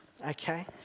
Okay